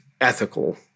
ethical